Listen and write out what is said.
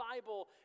Bible